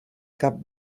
cap